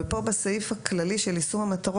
אבל פה בסעיף הכללי של יישום המטרות,